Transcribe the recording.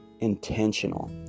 intentional